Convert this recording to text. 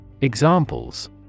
Examples